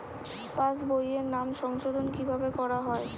পাশ বইয়ে নাম সংশোধন কিভাবে করা হয়?